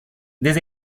des